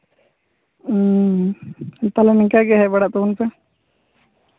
ᱦᱮᱸ ᱦᱮᱸ ᱛᱟᱦᱞᱮ ᱱᱤᱝᱠᱟᱜᱮ ᱦᱮᱡ ᱵᱟᱲᱟᱜ ᱛᱟᱵᱚᱱ ᱯᱮ